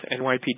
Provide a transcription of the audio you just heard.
NYPD